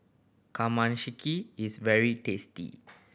kamameshi is very tasty